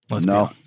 No